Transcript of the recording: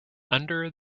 under